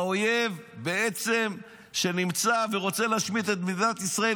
האויב שנמצא ורוצה להשמיד את מדינת ישראל,